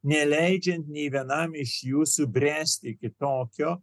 neleidžiant nė vienam iš jų subręsti iki tokio